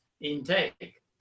intake